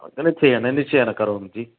निश्चयेन निश्चयेन करोमि जि